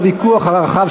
חרדים,